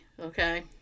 okay